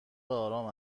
آرام